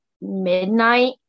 midnight